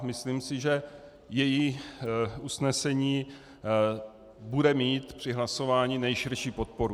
Myslím si, že její usnesení bude mít při hlasování nejširší podporu.